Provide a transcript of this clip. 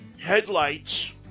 headlights